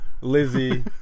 Lizzie